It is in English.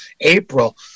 April